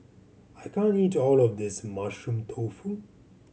I can't eat all of this Mushroom Tofu